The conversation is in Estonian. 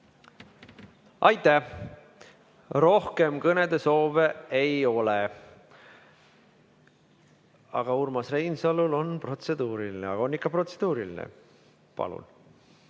Aitäh! Rohkem kõnesoove ei ole. Aga Urmas Reinsalul on protseduuriline küsimus. On ikka protseduuriline? Palun!